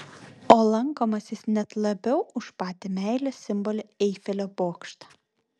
o lankomas jis net labiau už patį meilės simbolį eifelio bokštą